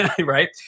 right